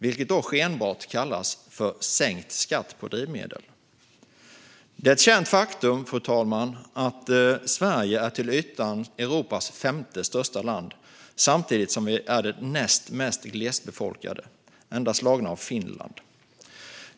Det kallas då skenbart sänkt skatt på drivmedel. Det är ett känt faktum, fru talman, att Sverige till ytan är Europas femte största land samtidigt som det är det näst mest glesbefolkade landet, endast slaget av Finland.